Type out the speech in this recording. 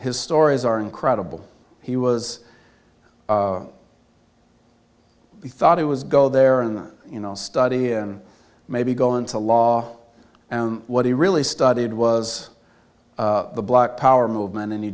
his stories are incredible he was he thought it was go there in the you know study and maybe go into law and what he really studied was the black power movement and he